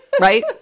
right